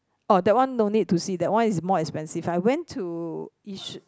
oh that one no need to see that one is more expensive I went to yishun